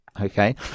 okay